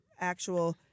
actual